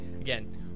Again